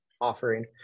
offering